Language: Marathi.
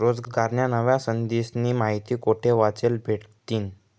रोजगारन्या नव्या संधीस्नी माहिती कोठे वाचले भेटतीन?